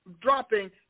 dropping